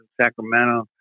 Sacramento